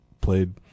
played